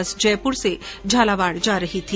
बस जयपुर से झालावाड़ जा रही थी